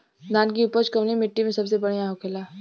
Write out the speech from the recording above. धान की उपज कवने मिट्टी में सबसे बढ़ियां होखेला?